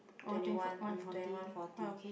twenty one twenty one forty